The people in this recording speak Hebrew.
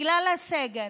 בגלל הסגר,